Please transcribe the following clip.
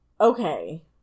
okay